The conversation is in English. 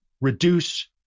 reduce